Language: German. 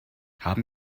haben